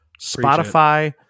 spotify